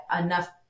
enough